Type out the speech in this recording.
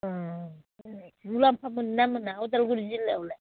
ओह मुलाम्फा मोनना मोना अदालगुरि जिल्लायावलाय